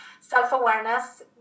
self-awareness